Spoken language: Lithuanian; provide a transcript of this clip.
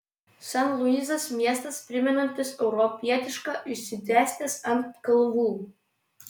san luisas miestas primenantis europietišką išsidėstęs ant kalvų